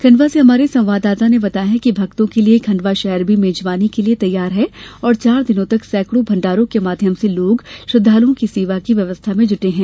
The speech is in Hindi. खंडवा से हमारे संवाददाता ने बताया है कि भक्तों के लिए खंडवा शहर भी मेजबानी के लिए तैयार है और चार दिनों तक सैकड़ों भंडारों के माध्यम से लोग श्रद्दालुओं की सेवा की व्यवस्था में जुटे हैं